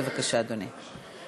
בבקשה, אדוני.